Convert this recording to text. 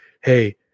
hey